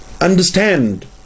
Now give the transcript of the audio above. understand